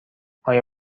آیا